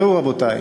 ראו, רבותי,